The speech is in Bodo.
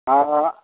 दा